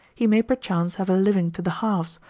he may perchance have a living to the halves,